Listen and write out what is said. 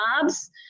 jobs